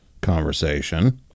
conversation